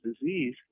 disease